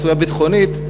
סוגיה ביטחונית,